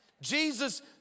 Jesus